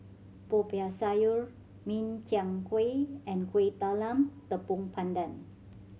Popiah Sayur Min Chiang Kueh and Kueh Talam Tepong Pandan